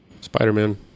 Spider-Man